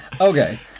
Okay